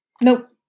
Nope